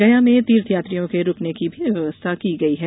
गया में तीर्थ यात्रियों के रूकने की व्यवस्था भी की गई है